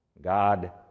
God